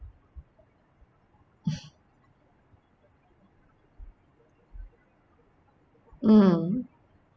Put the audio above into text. mm